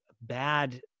bad